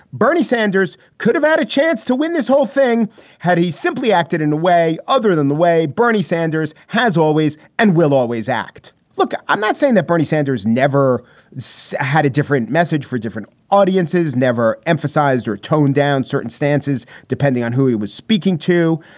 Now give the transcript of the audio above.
bernie sanders could have had a chance to win this whole thing had he simply acted in a way other than the way bernie sanders has always and will always act. look, i'm not saying that bernie sanders never so had a different message for different audiences, never emphasized or toned down certain stances, depending on who he was speaking to.